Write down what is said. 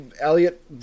Elliot